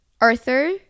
arthur